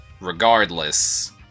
regardless